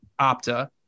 Opta